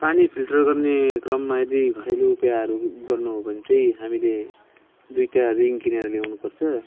पानी फिल्टर गर्ने क्रममा यदि घरेलु उपायहरू गर्नु हो भने चाहिँ हामीले दुइटा रिङ किनेर ल्याउनुपर्छ